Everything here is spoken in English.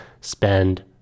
spend